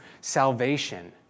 Salvation